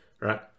right